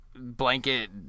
blanket